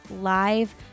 live